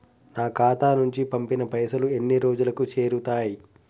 నా ఖాతా నుంచి పంపిన పైసలు ఎన్ని రోజులకు చేరుతయ్?